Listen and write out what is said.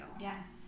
Yes